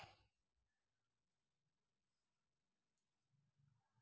daffodils స్నేహానికి ప్రతీకగా చెప్పబడుతున్నాయి